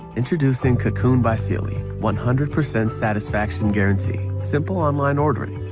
introducing cocoon by sealy. one hundred percent satisfaction guarantee. simple online ordering.